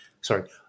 Sorry